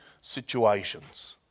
situations